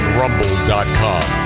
rumble.com